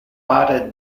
pare